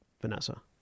Vanessa